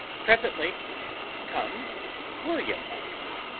presently comes william up to me.